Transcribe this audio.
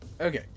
Okay